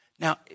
Now